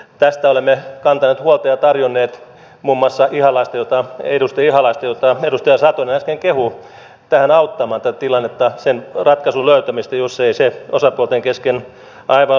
tästä olemme kantaneet huolta ja tarjonneet muun muassa edustaja ihalaista jota edustaja satonen äsken kehui tähän auttamaan tätä tilannetta sen ratkaisun löytämistä jos ei se osapuolten kesken aivan löydy